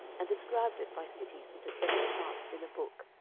and described it by cities into seven parts in a book,